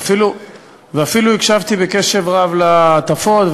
ואפילו הקשבתי בקשב רב להטפות,